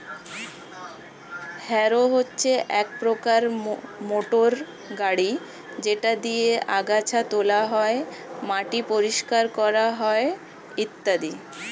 harrow হচ্ছে এক প্রকার মোটর গাড়ি যেটা দিয়ে আগাছা তোলা হয়, মাটি পরিষ্কার করা হয় ইত্যাদি